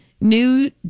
new